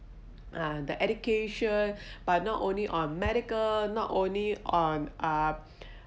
uh the education but not only on medical not only on uh